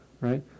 right